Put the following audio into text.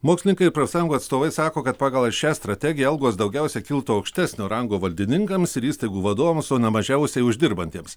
mokslininkai ir profsąjungų atstovai sako kad pagal ir šią strategiją algos daugiausia kiltų aukštesnio rango valdininkams ir įstaigų vadovams o ne mažiausiai uždirbantiems